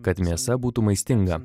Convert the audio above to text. kad mėsa būtų maistinga